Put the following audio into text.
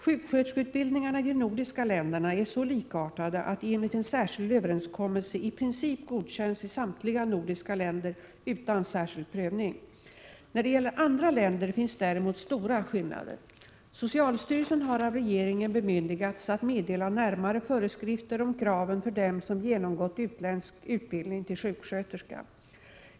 Sjuksköterskeutbildningarna i de nordiska länderna är så likartade att de enligt en särskild överenskommelse i princip godkänns i samtliga nordiska länder utan särskild prövning. När det gäller andra länder finns däremot stora skillnader. Socialstyrelsen har av regeringen bemyndigats att meddela närmare föreskrifter om kraven för dem som genomgått utländsk utbildning till sjuksköterska.